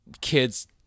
kids